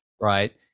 right